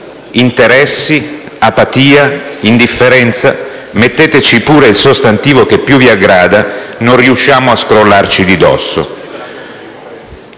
interessi, apatia, indifferenza - metteteci pure il sostantivo che più vi aggrada - non riusciamo a scrollarci di dosso.